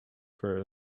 for